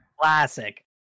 Classic